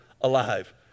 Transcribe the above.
alive